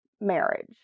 marriage